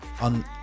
On